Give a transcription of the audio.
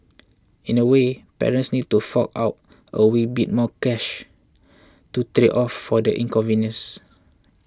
in a way parents need to fork out a wee bit more cash to trade off for the in convenience